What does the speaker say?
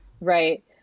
Right